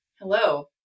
Hello